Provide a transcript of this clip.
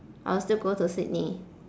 I'll still go to sydney